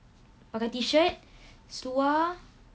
pakai T-shirt seluar